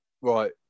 right